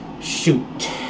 shoot